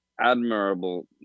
admirable